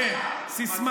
כן, סיסמה.